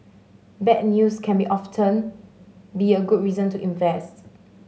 bad news can be often be a good reason to invest